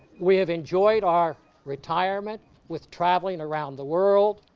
we have enjoyed our retirement with traveling around the world.